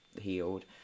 healed